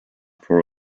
for